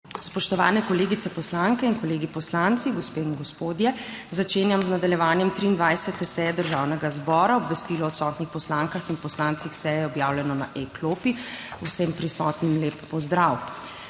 Spoštovane kolegice poslanke in kolegi poslanci, gospe in gospodje! Začenjam z nadaljevanjem 23. seje Državnega zbora. Obvestilo o odsotnih poslankah in poslancih s seje je objavljeno na e-klopi. Vsem prisotnim lep pozdrav!